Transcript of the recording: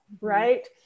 right